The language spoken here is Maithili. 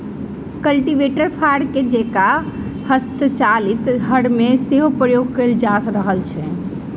कल्टीवेटर फार के जेंका हस्तचालित हर मे सेहो प्रयोग कयल जा रहल अछि